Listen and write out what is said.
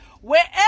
wherever